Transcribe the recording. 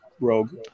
rogue